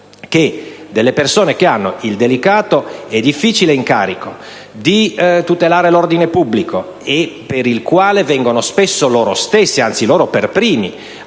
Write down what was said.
che delle persone che hanno il delicato e difficile incarico di tutelare l'ordine pubblico, per il quale loro stessi, anzi loro per primi,